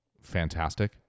fantastic